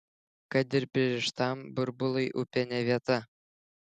kad ir pririštam burbului upė ne vieta